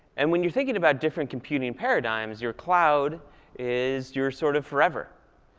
and when you're thinking about different computing paradigms, your cloud is your sort of forever.